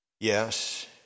Yes